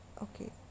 okay